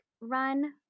run